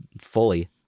fully